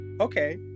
Okay